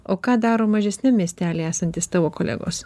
o ką daro mažesniam miestely esantys tavo kolegos